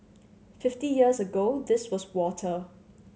fifty years ago this was water